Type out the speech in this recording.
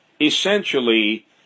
essentially